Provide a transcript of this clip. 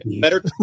better